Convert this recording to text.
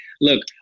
Look